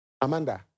Amanda